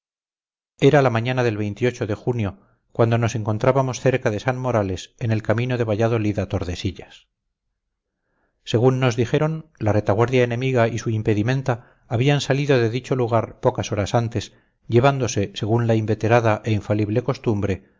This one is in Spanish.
era la mañana del de junio cuando nos encontrábamos cerca de sanmorales en el camino de valladolid a tordesillas según nos dijeron la retaguardia enemiga y su impedimenta habían salido de dicho lugar pocas horas antes llevándose según la inveterada e infalible costumbre